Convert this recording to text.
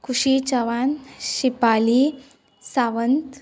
खुशी चवान शिपाली सावंत